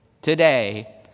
today